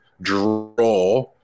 draw